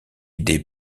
des